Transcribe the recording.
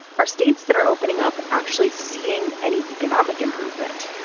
are states that are opening up actually seeing any economic improvement?